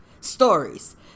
stories